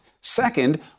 Second